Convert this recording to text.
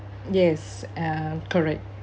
yes uh correct